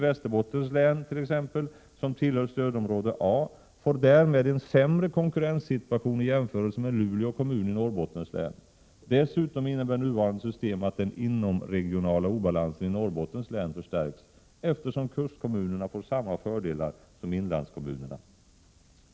87 får därmed en sämre konkurrenssituation jämfört med Luleå kommun i Norrbottens län. Dessutom innebär nuvarande system att den inomregionala obalansen i Norrbottens län förstärks, eftersom kustkommunerna får samma fördelar som inlandskommunerna.